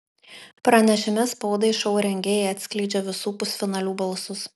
pranešime spaudai šou rengėjai atskleidžia visų pusfinalių balsus